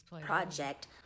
project